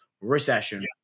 recession